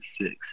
six